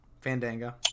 Fandango